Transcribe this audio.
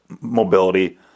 mobility